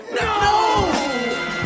No